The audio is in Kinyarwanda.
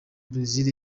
brezil